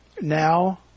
Now